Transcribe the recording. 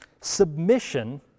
Submission